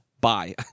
Bye